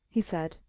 he said,